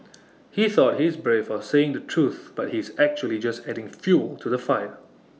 he thought he is brave for saying the truth but he is actually just adding fuel to the fire